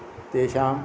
तेषां